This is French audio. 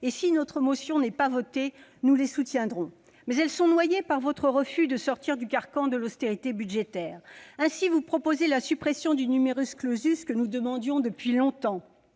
et si notre motion n'est pas votée, nous les soutiendrons. Mais elles sont noyées par votre refus de sortir du carcan de l'austérité budgétaire. Ainsi, vous proposez la suppression du que nous demandions depuis longtemps.